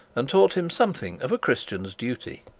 and taught him something of a christian's duty.